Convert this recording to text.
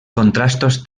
contrastos